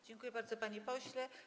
Dziękuję bardzo, panie pośle.